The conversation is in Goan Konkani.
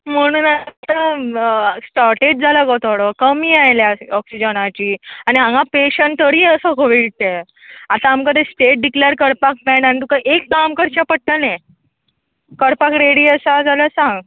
म्हूण आतां शॉर्टेज जाला गो थोडो कमी आयला ऑक्सिजनाची आनी हांगा पेशंट तरीय आसा कोवीडचें आतां आमकां स्टेट डिक्लेर करपाक मेळना आनी तुका एक काम करचें पडटलें करपाक रेडी आसा जाल्या सांग